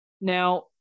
Now